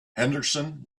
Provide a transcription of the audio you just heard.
henderson